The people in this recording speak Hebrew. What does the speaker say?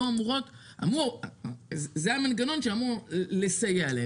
ז המנגנון שאמור לסייע להם.